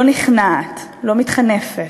לא נכנעת, לא מתחנפת.